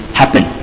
happen